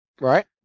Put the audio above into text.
Right